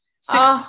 Six